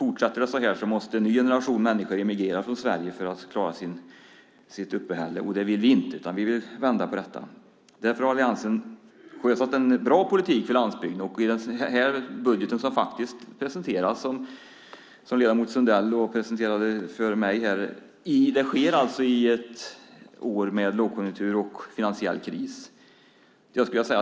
Fortsätter det så måste en ny generation människor emigrera från Sverige för att klara sitt uppehälle. Det vill vi inte. Vi vill vända på det. Därför har alliansen sjösatt en bra politik för landsbygden. Budgeten presenterades av ledamot Sundell. Det sker under ett år med långkonjunktur och finansiell kris.